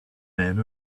men